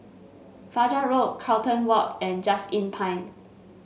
Fajar Road Carlton Walk and Just Inn Pine